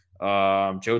joe